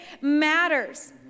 matters